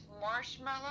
marshmallow